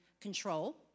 control